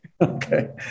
Okay